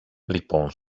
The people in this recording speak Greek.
λοιπόν